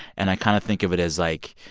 and i kind of think of it as, like,